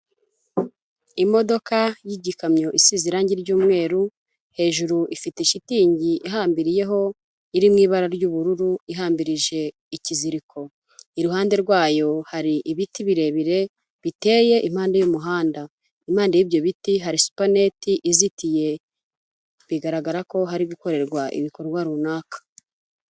Imodoka y'igikamyo isize irangi ry'umweru, hejuru ifite shitingi ihambiriyeho iri mu ibara ry'ubururu ihambirije ikiziriko, iruhande rwayo hari ibiti birebire biteye impande y'umuhanda, impande y'ibyo biti hari supaneti izitiye, bigaragara ko hari gukorerwa ibikorwa runaka.